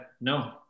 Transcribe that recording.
no